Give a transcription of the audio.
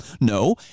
No